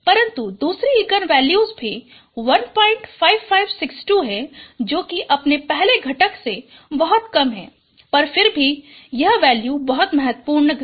परन्तु दूसरी eigen values भी 15562 है जो की अपने पहले घटक से बहुत कम है पर फिर भी महत्वपूर्ण घटक हैं